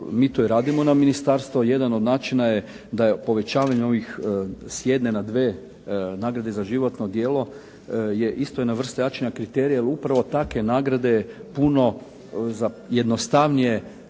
mi to i radimo na ministarstvo. Jedan od načina je da je povećavanje ovih sa jedne na dvije nagrade za životno djelo je isto jedna vrsta jačanja kriterija, jer upravo takve nagrade puno jednostavnije